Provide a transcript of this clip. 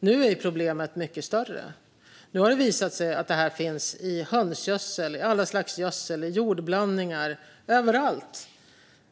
Nu är problemet mycket större. Nu har det visat sig att detta finns i hönsgödsel, i alla slags gödsel, i jordblandningar - överallt.